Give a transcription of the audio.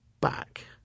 back